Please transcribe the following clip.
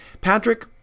Patrick